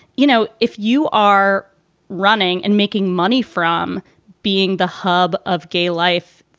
you know, if you are running and making money from being the hub of gay life,